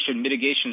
Mitigation